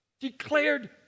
Declared